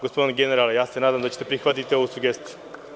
Gospodine generale, nadam se da ćete prihvatiti ovu sugestiju.